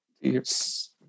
Yes